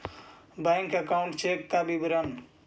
Bank account check का विवरण?